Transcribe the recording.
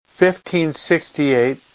1568